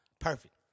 Perfect